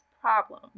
problem